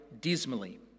dismally